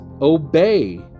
obey